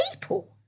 people